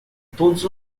todos